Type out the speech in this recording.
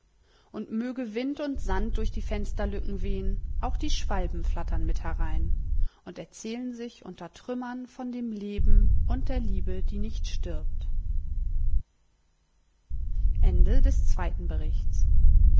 und möge wind und sand durch die fensterlücken wehn auch die schwalben flattern mit herein und erzählen sich unter trümmern von dem leben und der liebe die nicht stirbt